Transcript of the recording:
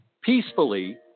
peacefully